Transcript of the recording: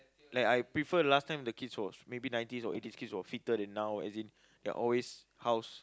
like I prefer last time the kids was maybe nineties or eighties kids who are fitter than now as in they are always house